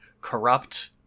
corrupt